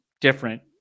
different